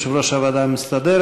יושב-ראש הוועדה המסדרת.